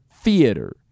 theater